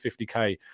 50k